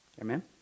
Amen